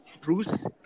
Bruce